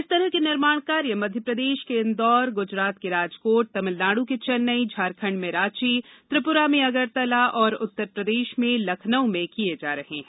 इस तरह के निर्माण कार्य मध्यप्रदेश के इंदौर गुजरात के राजकोट तमिलनाडु के चेन्नेई झारखंड में रांची त्रिपुरा में अगरतला और उत्तर प्रदेश में लखनऊ में किये जा रहे हैं